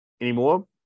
anymore